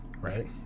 right